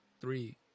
Three